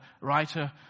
writer